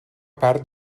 part